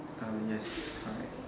uh yes correct